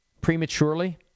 prematurely